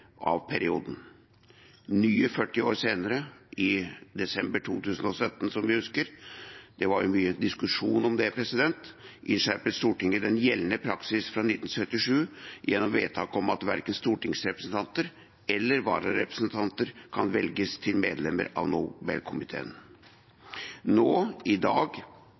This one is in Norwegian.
av perioden. Nye 40 år senere, i desember 2017 – som vi husker, det var jo mye diskusjon om det – innskjerpet Stortinget den gjeldende praksis fra 1977, gjennom vedtaket om at verken stortingsrepresentanter eller vararepresentanter kan velges til medlemmer av Nobelkomiteen. Nå, i dag,